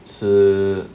吃